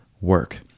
work